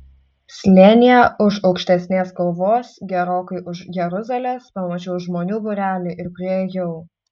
slėnyje už aukštesnės kalvos gerokai už jeruzalės pamačiau žmonių būrelį ir priėjau